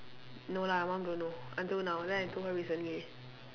no lah my mum don't know until now then I told her recently